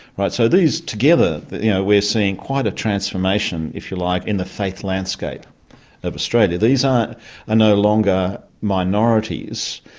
right, so these together, you know, we're seeing quite a transformation, if you like, in the faith landscape of australia. these are ah no longer minorities.